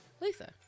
lisa